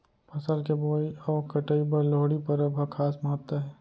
फसल के बोवई अउ कटई बर लोहड़ी परब ह खास महत्ता हे